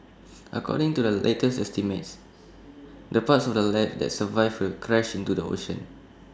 according to the latest estimates the parts of the lab that survive will crash into the ocean